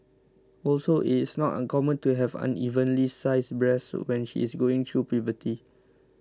also it is not uncommon to have unevenly sized breasts when she is going through puberty